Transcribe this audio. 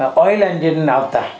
oil engine આવતા